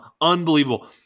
Unbelievable